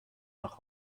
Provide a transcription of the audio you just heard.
nach